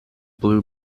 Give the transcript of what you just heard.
blue